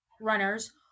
runners